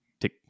Tick